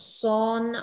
son